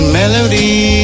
melody